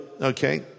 okay